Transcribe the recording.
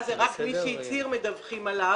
אז זה רק מי שהצהיר מדווחים עליו,